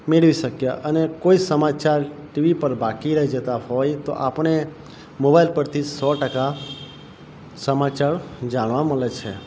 મેળવી શક્યા અને કોઈ સમાચાર ટીવી પર બાકી રહી જતાં હોય તો આપણે મોબાઈલ પરથી સો ટકા સમાચાર જાણવા મળે છે